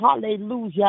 Hallelujah